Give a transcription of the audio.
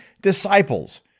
disciples